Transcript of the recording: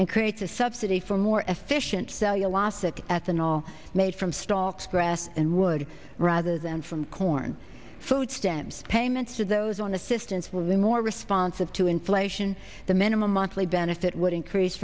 and creates a subsidy for more efficient cellulosic ethanol made from start grass and would rather than from corn food stamps payments to those on assistance will be more responsive to inflation the minimum monthly benefit would increase